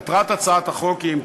מטרת הצעת החוק היא,